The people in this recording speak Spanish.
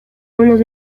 unos